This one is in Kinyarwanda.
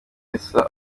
elsa